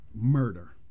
murder